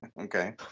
Okay